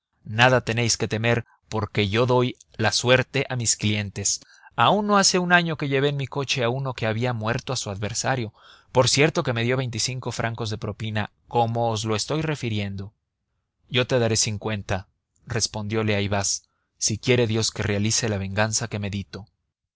nada tenéis que temer porque yo doy la suerte a mis clientes aun no hace un año llevé en mi coche a uno que había muerto a su adversario por cierto que me dio veinticinco francos de propina como os lo estoy refiriendo yo te daré cincuenta respondiole ayvaz si quiere dios que realice la venganza que medito